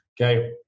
okay